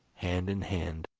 hand in hand,